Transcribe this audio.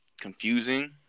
confusing